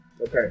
okay